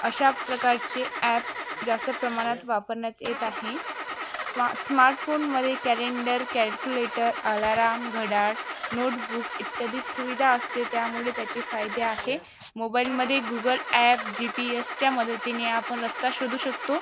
अशा प्रकारचे ॲप जास्त प्रमाणात वापरण्यात येत आहे स्मा स्मार्ट फोनमध्ये कॅलेंडर कॅल्क्युलेटर अलाराम घडयाळ नोटबुक इत्यादी सुविधा असते त्यामुळे त्याचे फायदे आहे मोबाइलमध्ये गूगल ॲप जी पी एसच्या मदतीने आपण रस्ता शोधू शकतो